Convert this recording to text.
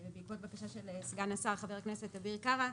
בעקבות הבקשה של סגן השר חבר הכנסת אביר קרא,